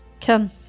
Come